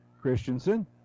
Christensen